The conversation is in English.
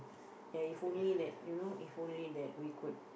ya if only that you know if only that we could